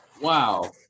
Wow